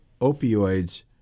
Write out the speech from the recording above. opioids